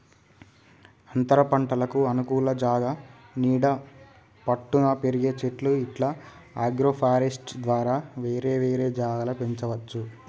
అంతరపంటలకు అనుకూల జాగా నీడ పట్టున పెరిగే చెట్లు ఇట్లా అగ్రోఫారెస్ట్య్ ద్వారా వేరే వేరే జాగల పెంచవచ్చు